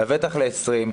לבטח ל-20.